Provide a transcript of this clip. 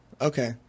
Okay